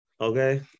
okay